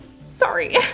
Sorry